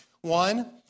One